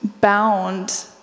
bound